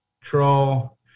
troll